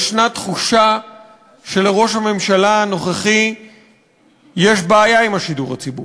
יש תחושה שלראש הממשלה הנוכחי יש בעיה עם השידור הציבורי.